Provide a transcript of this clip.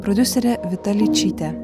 prodiuserė vita leičytė